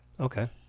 okay